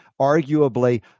arguably